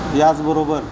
याचबबरोबर